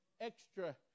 extra